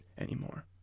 anymore